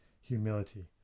humility